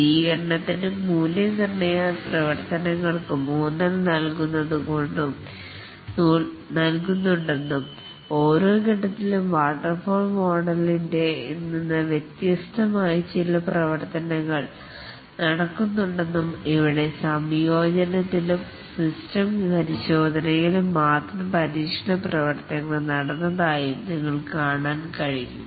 സ്ഥിതികരണത്തിനും മൂല്യനിർണയ പ്രവർത്തനങ്ങൾക്കും ഊന്നൽ നൽകുന്നുണ്ടെന്നും ഓരോ ഫേസ് ത്തിലും ചില ടെസ്റ്റ് പ്രവർത്തനങ്ങൾ നടക്കുന്നുണ്ടെന്നും ഇതു വാട്ടർഫാൾ മോഡലിൽ നിന്ന് വ്യത്യസ്തമാണ് അതിൽ സംയോജനത്തിലും സിസ്റ്റം പരിശോധനയിലും മാത്രം ടെസ്റ്റിംഗ് പരീക്ഷണ പ്രവർത്തനങ്ങൾ നടന്നതായും നിങ്ങൾക്ക് കാണാൻ കഴിയും